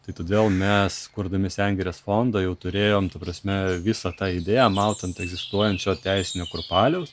tai todėl mes kurdami sengirės fondą jau turėjom ta prasme visą tą idėją maut ant egzistuojančio teisinio kurpaliaus